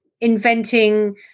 inventing